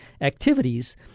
activities